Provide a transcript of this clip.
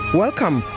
welcome